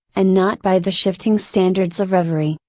and not by the shifting standards of reverie,